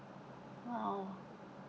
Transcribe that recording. !wow!